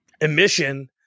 Emission